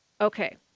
Okay